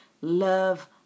love